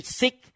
sick